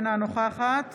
אינה נוכחת